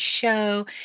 show